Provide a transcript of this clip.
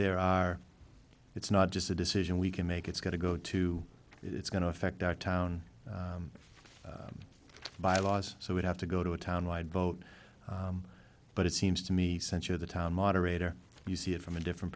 there are it's not just a decision we can make it's going to go to it's going to affect our town bylaws so we'd have to go to a town wide vote but it seems to me sense of the town moderator you see it from a different